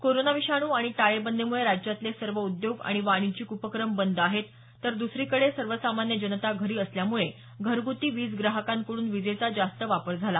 corona विषाणू आणि टाळेबंदीमुळे राज्यातले सर्व उद्योग आणि वाणिज्यिक उपक्रम बंद आहेत तर द्सरीकडे सर्वसामान्य जनता घरी असल्यामुळे घरग्ती वीज ग्राहकांकडून विजेचा जास्त वापर झाला